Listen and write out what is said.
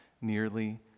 nearly